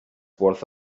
worth